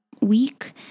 week